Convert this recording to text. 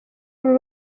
uru